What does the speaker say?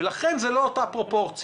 לכן זאת לא אותה פרופורציה.